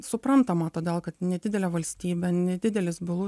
suprantama todėl kad nedidelė valstybė nedidelis bylų